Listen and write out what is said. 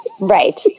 Right